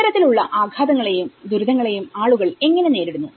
ഇത്തരത്തിൽ ഉള്ള ആഘാതങ്ങളെയും ദുരിതങ്ങളെയും ആളുകൾ എങ്ങനെ നേരിടുന്നു